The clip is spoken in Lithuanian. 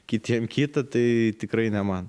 kitiem kita tai tikrai ne man